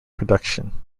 production